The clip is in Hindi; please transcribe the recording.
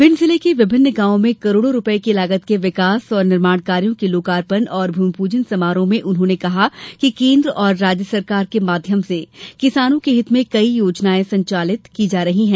भिंड जिले के विभिन्न गांवों में करोड़ों रूपये की लागत के विकास और निर्माण कार्यों के लोकार्पण और भूमि पूजन समारोह में उन्होंने कहा कि केन्द्र और राज्य सरकार के माध्यम से किसानों के हित में कई योजनायें संचालित की जा रही है